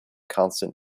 constant